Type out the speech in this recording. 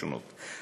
השונות.